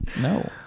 No